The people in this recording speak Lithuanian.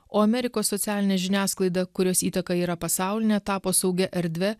o amerikos socialinė žiniasklaida kurios įtaka yra pasaulinė tapo saugia erdve